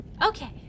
Okay